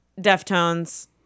Deftones